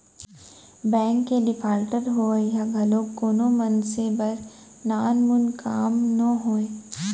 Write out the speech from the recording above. bank के defaulter होवई ह घलोक कोनो मनसे बर नानमुन काम नोहय